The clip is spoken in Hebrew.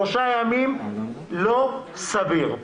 שלושה ימים זה לא סביר.